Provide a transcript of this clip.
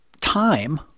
time